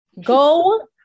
go